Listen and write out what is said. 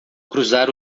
cruzar